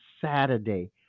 Saturday